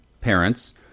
parents